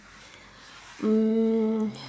um